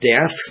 death